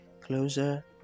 Closer